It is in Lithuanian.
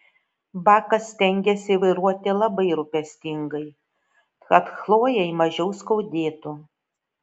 bakas stengėsi vairuoti labai rūpestingai kad chlojei mažiau skaudėtų